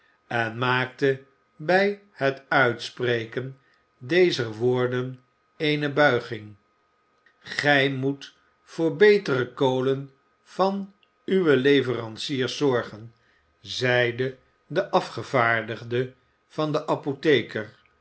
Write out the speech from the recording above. en maakte bij het uitspreken dezer woorden eene buiging gij moet voor betere kolen van uwe leveranciers zorgen zeide de afgevaardigde van den apotheker